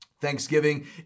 Thanksgiving